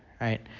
right